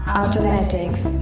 automatics